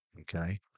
Okay